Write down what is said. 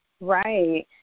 Right